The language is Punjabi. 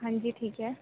ਹਾਂਜੀ ਠੀਕ ਹੈ